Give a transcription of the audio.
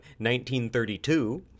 1932